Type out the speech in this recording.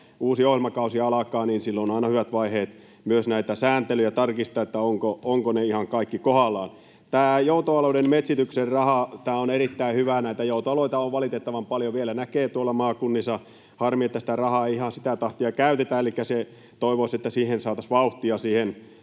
uusi ohjelmakausi alkaa, niin silloin on aina hyvä vaihe myös näitä sääntelyjä tarkistaa, sitä, ovatko ne ihan kaikki kohdallaan. Tämä joutoalueiden metsityksen raha on erittäin hyvä. Näitä joutoalueita on valitettavan paljon, niitä vielä näkee tuolla maakunnissa. Harmi, että sitä rahaa ei ihan sitä tahtia käytetä, elikkä toivoisi, että saataisiin vauhtia siihenkin,